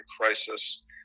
crisis